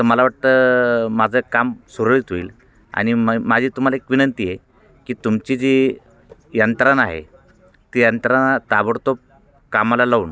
तर मला वाटतं माझं काम सुरळीत होईल आणि मग माझी तुम्हाला एक विनंती आहे की तुमची जी यंत्रणा आहे ती यंत्रणा ताबडतोब कामाला लावून